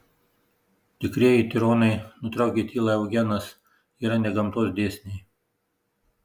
tikrieji tironai nutraukė tylą eugenas yra ne gamtos dėsniai